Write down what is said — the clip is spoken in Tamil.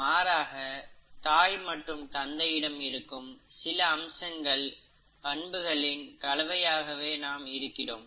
மாறாக தாய் மற்றும் தந்தையிடம் இருக்கும் சில அம்சங்கள் பண்புகளின் கலவையாகவே நாம் இருக்கிறோம்